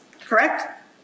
correct